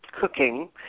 cooking